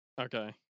Okay